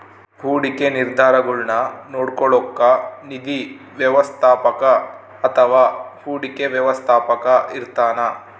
ಹೂಡಿಕೆ ನಿರ್ಧಾರಗುಳ್ನ ನೋಡ್ಕೋಳೋಕ್ಕ ನಿಧಿ ವ್ಯವಸ್ಥಾಪಕ ಅಥವಾ ಹೂಡಿಕೆ ವ್ಯವಸ್ಥಾಪಕ ಇರ್ತಾನ